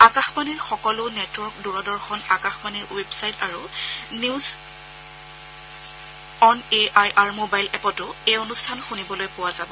আকাশবাণীৰ সকলো নেটৱৰ্ক দূৰদৰ্শন আকাশবাণীৰ ৱেবচাইট আৰু news on A I R mobile এপতো এই অনুষ্ঠান শুনিবলৈ পোৱা যাব